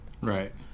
Right